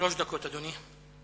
שלוש דקות, אדוני.